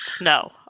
No